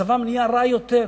מצבם נהיה רע יותר,